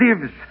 lives